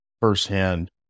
firsthand